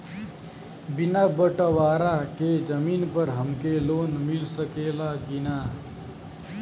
बिना बटवारा के जमीन पर हमके लोन मिल सकेला की ना?